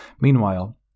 Meanwhile